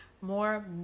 more